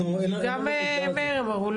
גם מאיר אמר,